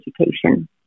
education